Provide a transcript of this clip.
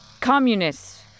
communists